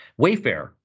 Wayfair